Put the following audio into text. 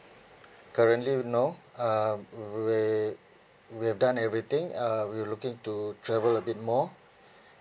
currently you know uh where we have done everything uh we're looking to travel a bit more